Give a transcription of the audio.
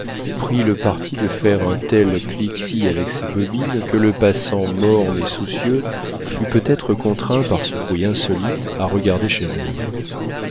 pris le parti de faire un tel cliquetis avec ses bobines que le passant morne et soucieux fut peut-être contraint par ce bruit insolite à regarder chez elle